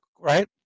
right